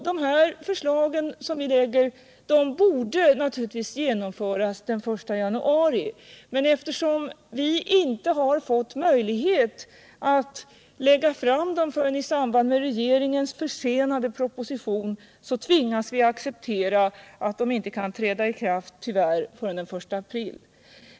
De förslag som vi framlagt borde naturligvis genomföras den 1 januari, men eftersom vi inte har haft möjlighet att lägga fram dem förrän i samband med regeringens försenade proposition tvingas vi att acceptera att de tyvärr inte kan träda i kraft förrän den 1 april.